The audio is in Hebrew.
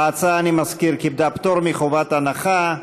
ההצעה, אני מזכיר, קיבלה פטור מחובת הנחה.